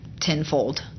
Tenfold